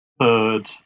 Third